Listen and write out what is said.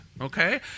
okay